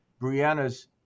Brianna's